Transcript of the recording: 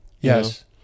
Yes